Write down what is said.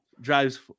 Drives